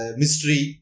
mystery